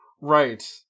Right